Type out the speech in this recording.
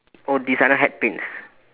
oh designer hat pins